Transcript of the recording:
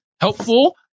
helpful